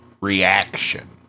...reaction